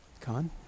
Con